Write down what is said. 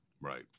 Right